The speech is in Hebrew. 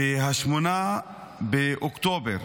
ב-8 באוקטובר